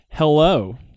Hello